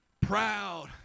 Proud